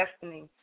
destiny